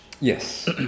Yes